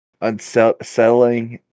unsettling